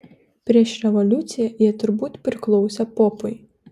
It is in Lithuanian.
prieš revoliuciją jie turbūt priklausė popui